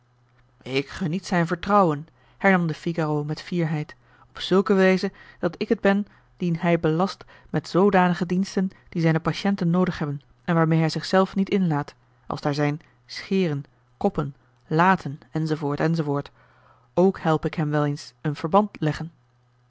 ik geniet zijn vertrouwen hernam de figaro met fierheid op zulke wijze dat ik het ben dien hij belast met zoodanige diensten die zijne patiënten noodig hebben en waarmeê hij zelf zich niet inlaat als daar zijn scheren koppen laten enz enz ook help ik hem wel eens een verband leggen